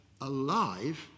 alive